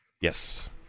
Yes